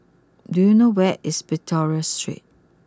do you know where is Victoria Street